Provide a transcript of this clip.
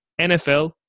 NFL